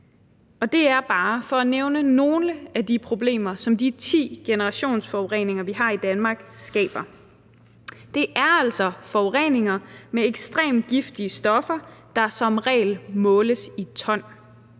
Det er bare for at nævne nogle af de problemer, som de ti generationsforureninger, vi har i Danmark, skaber, og det er altså forureninger med ekstremt giftige stoffer, der som regel måles i ton,